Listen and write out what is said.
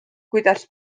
kuidas